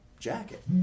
Jacket